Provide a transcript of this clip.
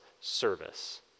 service